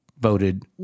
voted